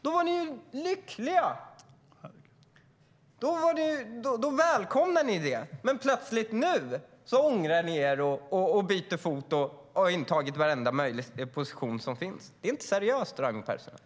Det är märkligt! Då var ni lyckliga och välkomnade dem. Nu ångrar ni er plötsligt och byter fot. Ni har intagit varenda möjlig position som finns. Det är inte seriöst, Raimo Pärssinen.